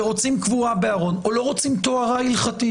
ורוצים קבורה בארון או לא רוצים טהרה הלכתית.